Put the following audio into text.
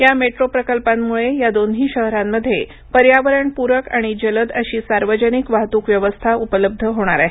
या मेट्रोप्रकल्पांमुळे या दोन्ही शहरांमध्ये पर्यावरणपूरक आणि जलद अशी सार्वजनिक वाहतूकव्यवस्था उपलब्ध होणार आहे